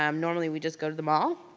um normally, we just go to the mall,